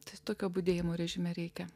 tad tokio budėjimo režime reikia